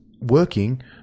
working